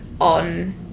on